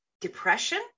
depression